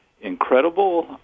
incredible